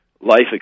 life